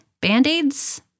Band-Aids